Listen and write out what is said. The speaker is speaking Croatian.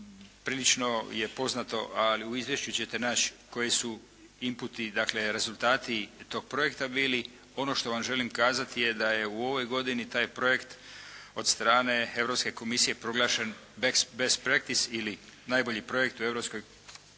Prilično je poznato, ali u izvješću ćete naći koji su inputi dakle, rezultati toga projekta bili. Ono što vam želim kazati da je u ovoj godini taj projekt od strane Europske komisije proglašen best praktic ili najbolji projekt u Europskoj uniji,